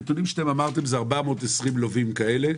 הנתונים שאתם אמרתם זה 420 לווים כאלה.